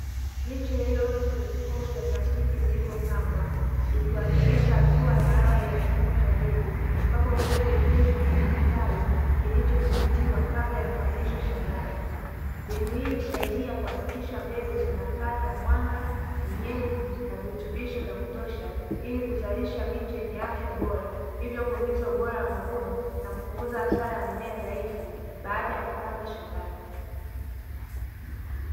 Miche iliyoota kwenye vikombe vya plastiki vilivyopangwa ikiwakilisha hatua ya awali ya kilimo cha mbegu ambapo mbegu huoteshwa kwenye kitalu kilicho dhibitiwa kabla ya kuhamishiwa shambani. Mbinu hii husaidia kuhakikisha mbegu zinapata mwanga, unyevu na virutubisho vya kutosha ili kuzalisha miche yenye afya bora hivyo kuongeza ubora wa mavuno na kupunguza hasara ya mimea dhaifu baada ya kupandwa shambani.